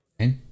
Okay